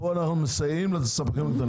פה אנחנו מסייעם לספקים הקטנים.